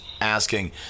asking